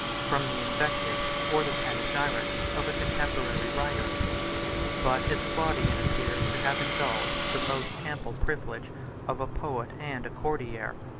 from the invectives, or the panegyrics, of a contemporary writer but as claudian appears to have indulged the most ample privilege of a poet and a courtier,